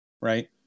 right